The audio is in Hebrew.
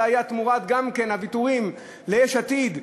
זה היה תמורת, גם כן, הוויתורים ליש עתיד,